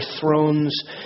thrones